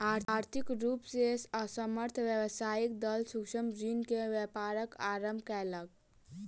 आर्थिक रूप से असमर्थ व्यवसायी दल सूक्ष्म ऋण से व्यापारक आरम्भ केलक